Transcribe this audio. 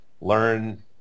learn